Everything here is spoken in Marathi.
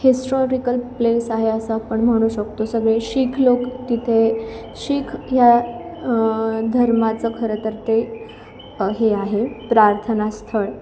हिस्टॉरिकल प्लेस आहे असं आपण म्हणू शकतो सगळे शिख लोक तिथे शिख या धर्माचं खरं तर ते हे आहे प्रार्थनास्थळ जिथे